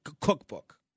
cookbook